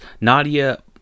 nadia